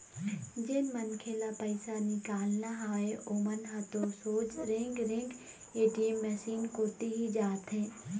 जेन मनखे ल पइसा निकालना हवय ओमन ह तो सोझ रेंगे रेंग ए.टी.एम मसीन कोती ही जाथे